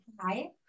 hi